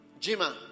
Jima